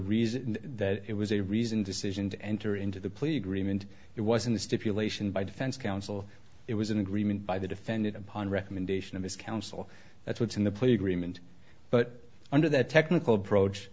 reason that it was a reasoned decision to enter into the plea agreement it was in the stipulation by defense counsel it was an agreement by the defendant upon recommendation of his counsel that's what's in the plea agreement but under that technical approach